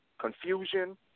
confusion